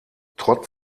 trotz